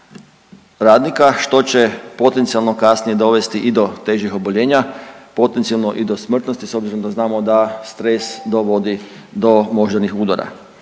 radnika što će potencijalno kasnije dovesti i do težih oboljenja, potencijalno i do smrtnosti s obzirom da znamo da stres dovodi do moždanih udara.